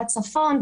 בצפון,